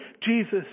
Jesus